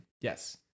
Yes